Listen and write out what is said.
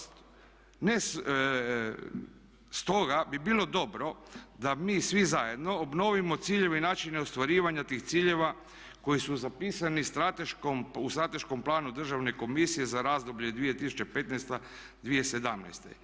Stoga bi bilo dobro da mi svi zajedno obnovimo ciljeve i načine ostvarivanja tih ciljeva koji su zapisani u strateškom planu Državne komisije za razdoblje 2015.-2017.